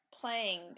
playing